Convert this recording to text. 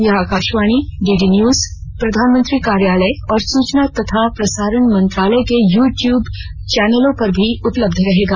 यह Akashvani DD news प्रधानमंत्री कार्यालय और सूचना तथा प्रसारण मंत्रालय के यूटूब चौनलों पर भी उपलब्ध रहेगा